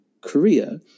Korea